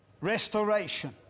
restoration